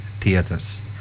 theaters